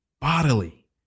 bodily